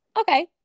okay